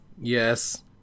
Yes